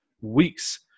weeks